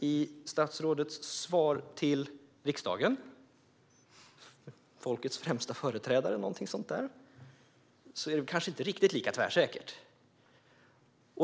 I statsrådets svar till riksdagen - folkets främsta företrädare eller någonting sådant där - är det kanske inte riktigt lika tvärsäkert.